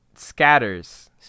Scatters